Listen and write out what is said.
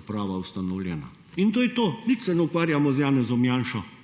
uprava ustanovljena. In to je to, nič se ne ukvarjamo z Janezom Janšo.